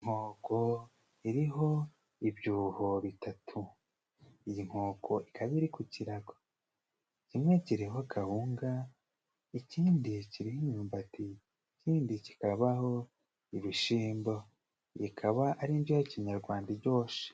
Inkoko iriho ibyuho bitatu, iyi nkoko ikaba iri ku kirago, kimwe kiriho kawunga, ikindi kiriho imyumbati, ikindi kikabaho ibishimbo, bikaba ari indyo ya kinyarwanda ijyoshe.